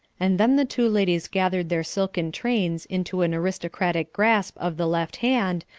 and then the two ladies gathered their silken trains into an aristocratic grasp of the left hand,